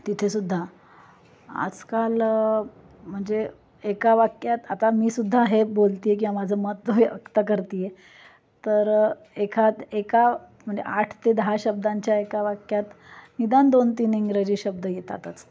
तिथे सुद्धा आजकाल म्हणजे एका वाक्यात आता मी सुद्धा हे बोलते आहे किंवा माझं मत व्यक्त करत आहे तर एखा एका म्हणजे आठ ते दहा शब्दांच्या एका वाक्यात निदान दोन तीन इंग्रजी शब्द येतातच